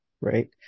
Right